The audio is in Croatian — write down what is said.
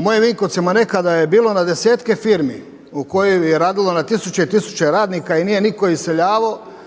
mojim Vinkovcima nekada je bilo na desetke firme u kojima je radilo na tisuće i tisuće radnika i nije nitko iseljavao,